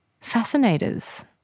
fascinators